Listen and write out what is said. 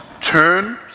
Turn